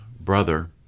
brother